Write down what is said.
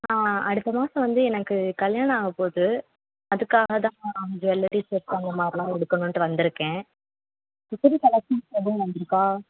அடுத்த மாத்ம் வந்து எனக்கு கல்யாணம் ஆகப்போகுது அதுக்காக தான் ஜுவல்லரி செட் அந்த மாதிரில்லாம் எடுக்கணும்டு வந்திருக்கேன் இப்போது புது கலெக்ஷன்ஸ் ஏதும் வந்திருக்கா